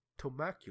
Tomacula